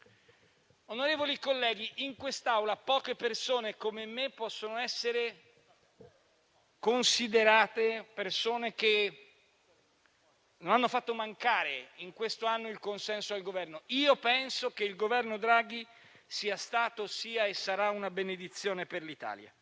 Onorevoli colleghi, in quest'Aula poche persone come me possono essere considerate persone che non hanno fatto mancare in questo anno il consenso al Governo. Io penso che il Governo Draghi sia stato, sia e sarà una benedizione per l'Italia.